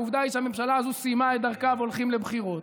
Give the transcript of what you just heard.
העובדה היא שהממשלה הזאת סיימה את דרכה והולכים לבחירות.